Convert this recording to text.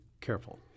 careful